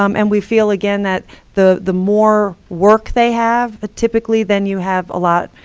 um and we feel, again, that the the more work they have, ah typically then you have a lot,